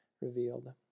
revealed